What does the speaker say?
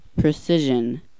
precision